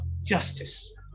justice